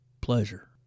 pleasure